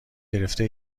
گرفته